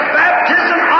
baptism